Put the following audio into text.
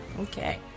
Okay